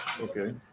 okay